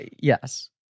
Yes